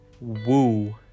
woo